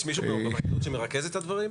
יש מישהו בפרקליטות שמרכז את הדברים?